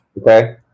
Okay